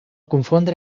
confondre